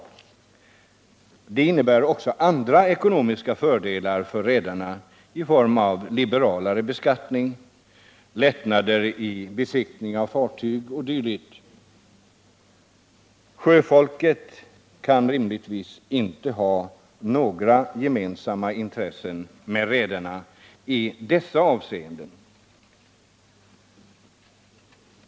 Vidare innebär det andra ekonomiska fördelar för redarna i form av liberalare beskattning, lättnader i besiktning av fartyg o. d. Sjöfolket kan rimligtvis inte ha några intressen gemensamma med redarna i dessa avseenden.